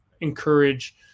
encourage